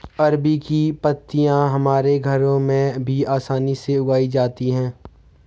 अरबी की पत्तियां हमारे घरों में भी आसानी से उगाई जाती हैं